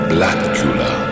Blackula